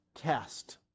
test